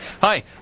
Hi